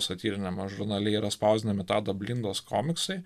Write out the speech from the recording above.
satyriniame žurnale yra spausdinami tado blindos komiksai